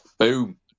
Boom